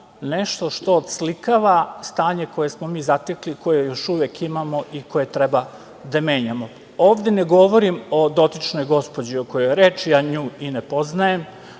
nešto što odslikava stanje koje smo mi zatekli, koje još uvek imamo i koje treba da menjamo. Ovde ne govorim o dotičnoj gospođi o kojoj je reč. Ja nju i ne poznajem,